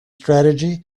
strategy